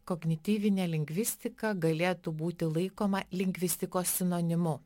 kognityvinė lingvistika galėtų būti laikoma lingvistikos sinonimu